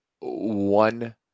One